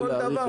כמעט כל דבר.